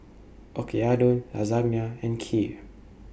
Oyakodon Lasagna and Kheer